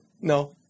No